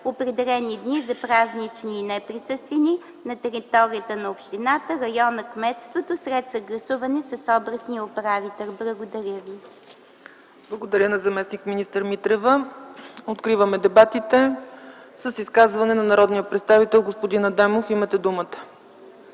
определени дни за празнични и неприсъствени на територията на общината, района, кметството след съгласуване с областния управител. Благодаря. ПРЕДСЕДАТЕЛ ЦЕЦКА ЦАЧЕВА: Благодаря на заместник-министър Митрева. Откривам дебатите с изказване на народния представител господин Адемов. Имате думата.